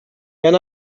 can